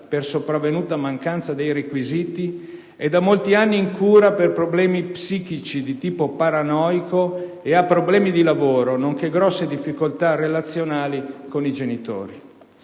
per sopravvenuta mancanza dei requisiti - è da molti anni in cura per problemi psichici di tipo paranoico e ha problemi di lavoro, nonché grosse difficoltà relazionali con i genitori.